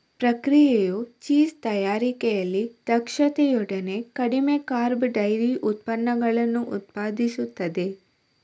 ಪ್ರಕ್ರಿಯೆಯು ಚೀಸ್ ತಯಾರಿಕೆಯಲ್ಲಿ ದಕ್ಷತೆಯೊಡನೆ ಕಡಿಮೆ ಕಾರ್ಬ್ ಡೈರಿ ಉತ್ಪನ್ನಗಳನ್ನು ಉತ್ಪಾದಿಸುತ್ತದೆ